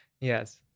Yes